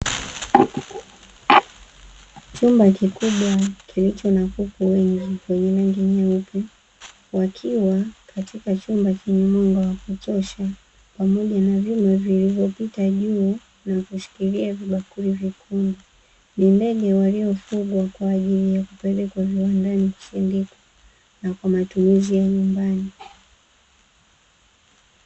Chumba kikubwa kilicho na kuku wengi wenye rangi nyeupe wakiwa katika chumba chenye mwanga wa kutosha pamoja na vyuma vilivyopita juu na kushikilia vibakuli vyekundu, ni ndege waliofugwa kwa ajili ya kupelekwa viwandani kuzindikwa na kwa matumizi ya nyumbani.